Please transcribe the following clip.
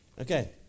Okay